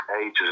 ages